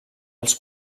els